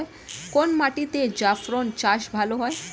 কোন মাটিতে জাফরান চাষ ভালো হয়?